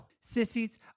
Sissies